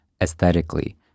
aesthetically